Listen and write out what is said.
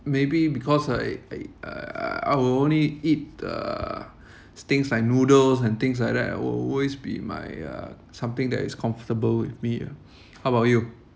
maybe because I I I I will only eat uh things like noodles and things like that will always be my uh something that is comfortable with me ah how about you